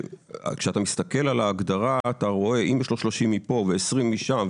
שכשאתה מסתכל על ההגדרה אתה רואה אם יש לו 30% מפה ו-20% משם?